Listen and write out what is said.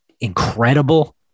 incredible